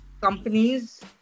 companies